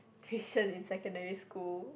tuition in secondary school